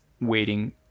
waiting